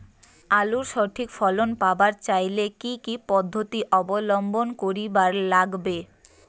আলুর সঠিক ফলন পাবার চাইলে কি কি পদ্ধতি অবলম্বন করিবার লাগবে?